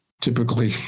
typically